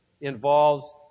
involves